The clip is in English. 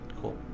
cool